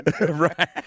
right